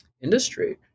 industry